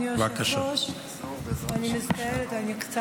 ואני חייבת עכשיו, בסוף, התנצלות.